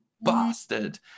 Bastard